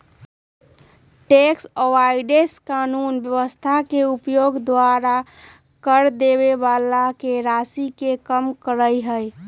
tax avoidance कानूनी व्यवस्था के उपयोग द्वारा कर देबे बला के राशि के कम करनाइ हइ